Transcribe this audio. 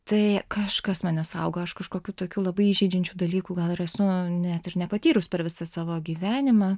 tai kažkas mane saugo aš kažkokių tokių labai įžeidžiančių dalykų gal ir esu net ir nepatyrus per visą savo gyvenimą